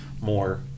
more